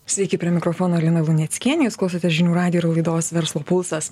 sveiki prie mikrofono lina luneckienė jūs klausote žinių radijo ir laidos verslo pulsas